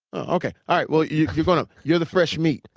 okay. all right, well, you're you're going up. you're the fresh meat.